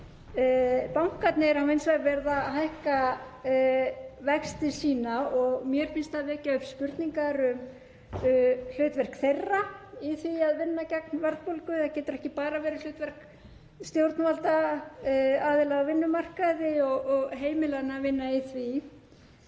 Bankarnir hafa hins vegar verið að hækka vexti sína og mér finnst það vekja upp spurningar um hlutverk þeirra í því að vinna gegn verðbólgu. Það getur ekki bara verið hlutverk stjórnvalda, aðila á vinnumarkaði og heimilanna að vinna í því.